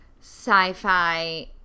sci-fi